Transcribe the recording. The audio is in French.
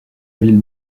ville